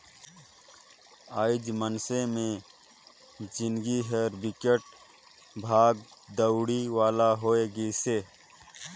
आएज मइनसे मे जिनगी हर बिकट भागा दउड़ी वाला होये गइसे